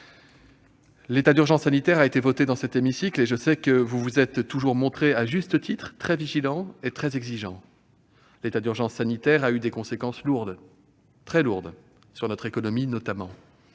L'état d'urgence sanitaire a été voté dans cet hémicycle, et je sais que vous vous êtes toujours montrés, à juste titre, très vigilants et exigeants. L'état d'urgence sanitaire a eu des conséquences lourdes, très lourdes, notamment